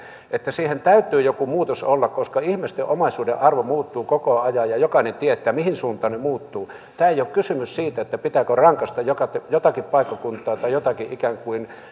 että siihen täytyy joku muutos olla koska ihmisten omaisuuden arvo muuttuu koko ajan ja jokainen tietää mihin suuntaan se muuttuu ei ole kysymys siitä pitääkö rangaista jotakin paikkakuntaa tai jonkin ikään kuin